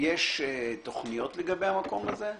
יש תוכניות לגבי המקום הזה?